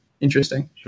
interesting